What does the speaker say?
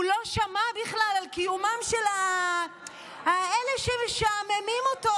הוא לא שמע בכלל על קיומם של האלה שמשעממים אותו.